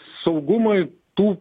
saugumui tų